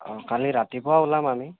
অ' কালি ৰাতিপুৱা ওলাম আমি